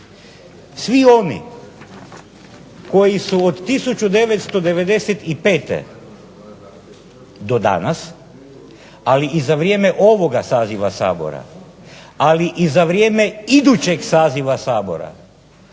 Svi oni koji su od 1995. do danas, ali i za vrijeme ovoga saziva Sabora, ali i za vrijeme idućeg saziva Sabora,